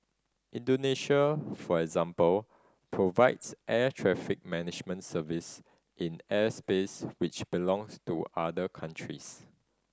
Indonesia for example provides air traffic management service in airspace which belongs to other countries